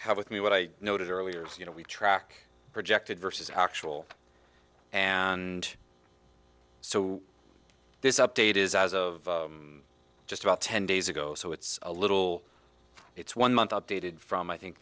have with me what i noted earlier is you know we track projected versus actual and so this update is as of just about ten days ago so it's a little it's one month updated from i think